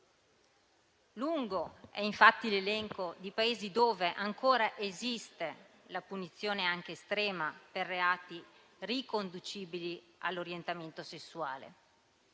lungo infatti l'elenco di Paesi dove ancora esiste la punizione, anche estrema, per reati riconducibili all'orientamento sessuale.